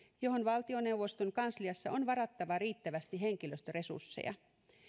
johon valtioneuvoston kansliassa on varattava riittävästi henkilöstöresursseja